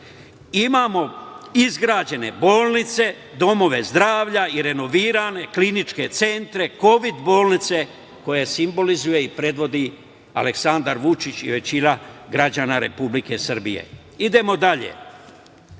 imamo izgrađene bolnice, domove zdravlja i renovirane kliničke centre, kovid bolnice, koje simbolizuje i predvodi Aleksandar Vučić i većina građana Republike Srbije. Idemo dalje.